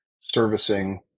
servicing